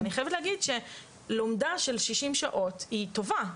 אני חייבת להגיד שלומדה של שישים שעות היא טובה,